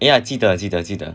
ya 记得记得记得